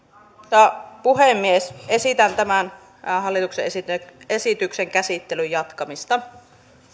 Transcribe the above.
arvoisa puhemies esitän tämän hallituksen esityksen käsittelyn jatkamista